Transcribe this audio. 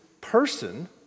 person